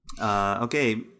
okay